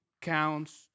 counts